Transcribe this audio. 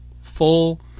full